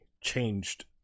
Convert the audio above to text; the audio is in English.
changed